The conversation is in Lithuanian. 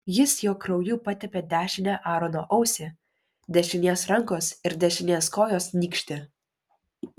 jis jo krauju patepė dešinę aarono ausį dešinės rankos ir dešinės kojos nykštį